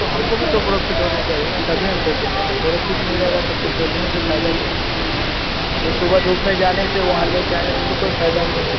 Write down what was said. तो हमको भी तो पोरोफिट होना चाहिए ना तभी हम बेचेंगे ना पोरोफिट नहीं रहेगा तो फिर बेचने से फ़ायदा क्या है यह सुबह धूप में जाने से वहाँ ले कर आने से तो कोई फ़ायदा नहीं हैं